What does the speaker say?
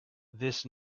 this